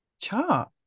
chart